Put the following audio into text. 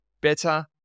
better